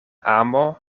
amo